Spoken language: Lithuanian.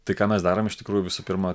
tai ką mes darom iš tikrųjų visų pirma